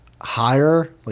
higher